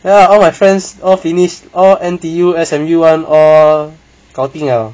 ya all my friends all finished all N_T_U S_M_U one all 搞定 liao